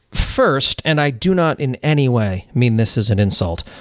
first, and i do not in any way mean this is an insult.